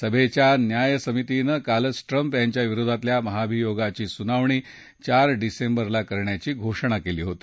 सभेच्या न्याय समितीनं कालच ट्रम्प यांच्या विरोधातल्या महाभियोगाची सुनावणी चार डिसेंबरला करण्याची घोषणा केली होती